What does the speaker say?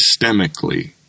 systemically